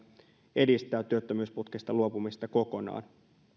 edistää työttömyysputkesta luopumista kokonaan